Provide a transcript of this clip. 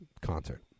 concert